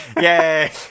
Yay